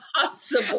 possible